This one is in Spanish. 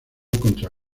contra